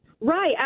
Right